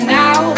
now